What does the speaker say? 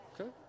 Okay